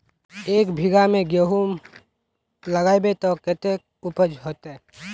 एक बिगहा में गेहूम लगाइबे ते कते उपज होते?